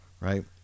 right